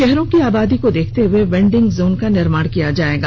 शहरों की आबादी को देखते हुए वेंडिंग जोन का निर्माण किया जाएगा